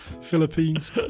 philippines